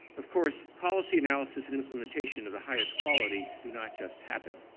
of course, policy analysis and implementation of the highest quality do not just happen.